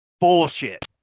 Bullshit